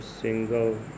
single